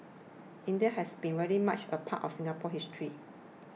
India has been very much a part of Singapore's history